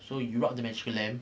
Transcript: so you rub the magical lamp